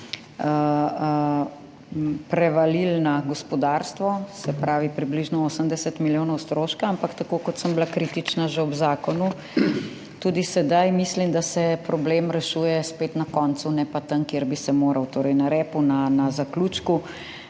prevalili na gospodarstvo, se pravi približno 80 milijonov stroškov. Ampak tako, kot sem bila kritična že ob zakonu, tudi sedaj mislim, da se problem spet rešuje na koncu, torej na repu, na zaključku,